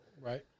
Right